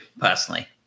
personally